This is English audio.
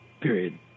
period